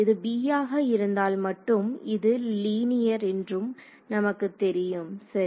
இது b ஆக இருந்தால் மட்டும் இது லீனியர் என்றும் நமக்குத் தெரியும் சரி